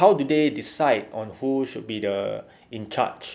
how do they decide on who should be the in-charge